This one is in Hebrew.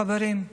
חברים,